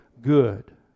good